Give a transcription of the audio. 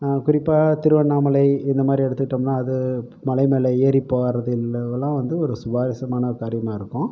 குறிப்பாக திருவண்ணாமலை இந்தமாதிரி எடுத்துக்கிட்டோம்னால் அது மலை மேல் ஏறிப்போவது இந்த இதெல்லாம் வந்து ஒரு சுவாரஸ்யமான காரியமாக இருக்கும்